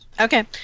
Okay